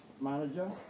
manager